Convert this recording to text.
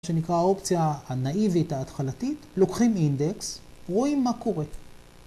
שנקרא האופציה הנאיבית ההתחלתית, לוקחים אינדקס, רואים מה קורה.